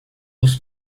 dos